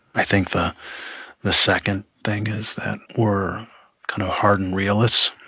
i think the the second thing is that we're kind of hardened realists.